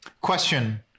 question